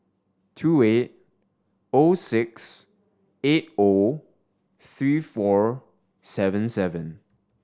two eight O six eight O three four seven seven